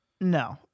no